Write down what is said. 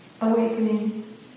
awakening